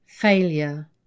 Failure